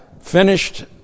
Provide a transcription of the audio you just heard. finished